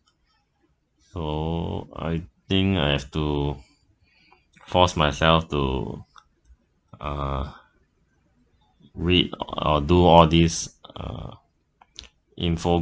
so I think I have to force myself to uh read or do all this uh info